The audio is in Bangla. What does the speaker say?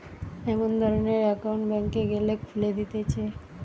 এমন ধরণের একউন্ট ব্যাংকে গ্যালে খুলে দিতেছে